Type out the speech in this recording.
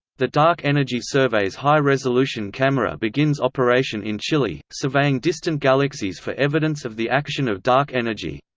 the dark energy survey's high-resolution camera begins operation in chile, surveying distant galaxies for evidence of the action of dark energy.